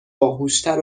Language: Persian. باهوشتر